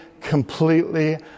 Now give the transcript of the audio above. completely